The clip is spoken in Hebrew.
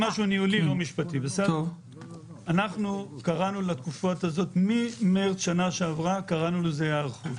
אנחנו קראנו לתקופה ממרץ שנה שעברה "תקופת היערכות".